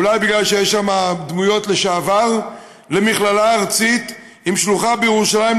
אולי בגלל שיש שם דמויות "לשעבר" למכללה ארצית עם שלוחה בירושלים,